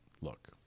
look